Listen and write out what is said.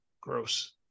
Gross